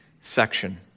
section